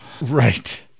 Right